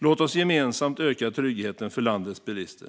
Låt oss gemensamt öka tryggheten för landets bilister!